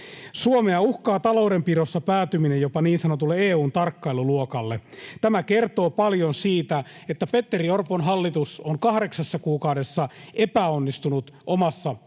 Suomea uhkaa taloudenpidossa päätyminen jopa niin sanotulle EU:n tarkkailuluokalle. Tämä kertoo paljon siitä, että Petteri Orpon hallitus on kahdeksassa kuukaudessa epäonnistunut omassa